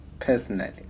Personally